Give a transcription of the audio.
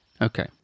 Okay